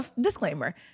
disclaimer